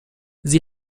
sie